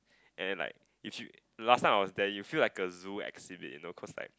and then like you fe~ last time I was there you feel like a zoo exhibit you know cause like